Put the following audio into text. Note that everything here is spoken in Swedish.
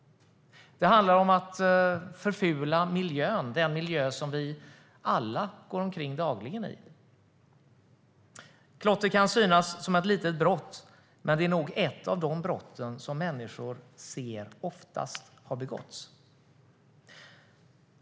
Det handlar om att förfula den miljö som vi alla dagligen befinner oss i. Klotter kan synas som ett litet brott, men det är nog ett av de brott som människor oftast ser har begåtts.